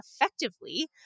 effectively